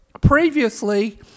previously